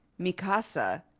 Mikasa